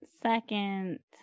second